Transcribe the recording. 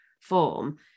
form